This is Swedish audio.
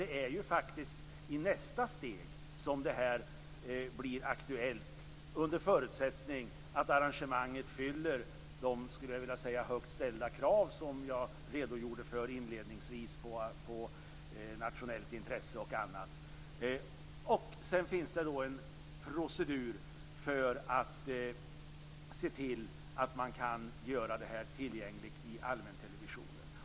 Det är ju faktiskt i nästa steg som det här blir aktuellt under förutsättning att arrangemanget uppfyller de, skulle jag vilja säga, högt ställda krav som jag redogjorde för inledningsvis om nationellt intresse och annat. Sedan finns det en procedur för att se till att man kan göra det här tillgängligt i allmäntelevisionen.